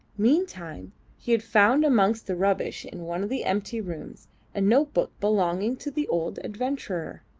meantime he had found amongst the rubbish in one of the empty rooms a note-book belonging to the old adventurer.